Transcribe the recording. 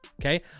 Okay